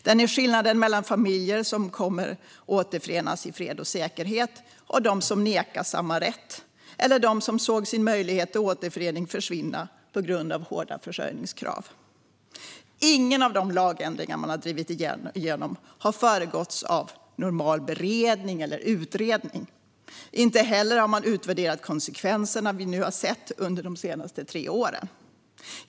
Det är skillnaden mellan familjer som kommer att få återförenas i fred och säkerhet och familjer som nekas samma rätt eller har sett sin möjlighet till återförening försvinna på grund av hårda försörjningskrav. Ingen av de lagändringar man drivit igenom har föregåtts av normal beredning eller utredning. Inte heller har man utvärderat de konsekvenser vi nu har sett under de senaste tre åren.